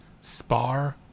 spar